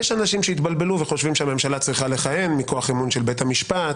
יש אנשים שהתבלבלו וחושבים שהממשלה צריכה לכהן מכוח אמון של בית המשפט,